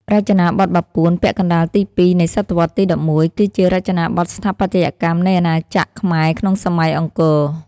រចនាបថបាពួន (ពាក់កណ្តាលទី ២ នៃសតវត្សទី ១១) គឺជារចនាបថស្ថាបត្យកម្មនៃអាណាចក្រខ្មែរក្នុងសម័យអង្គរ